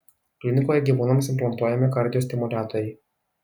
klinikoje gyvūnams implantuojami kardiostimuliatoriai